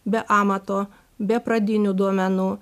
be amato be pradinių duomenų